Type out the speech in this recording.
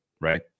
right